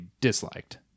disliked